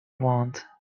want